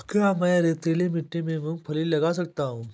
क्या मैं रेतीली मिट्टी में मूँगफली लगा सकता हूँ?